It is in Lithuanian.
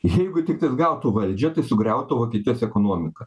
jeigu tiktais gautų valdžia tai sugriautų vokietijos ekonomiką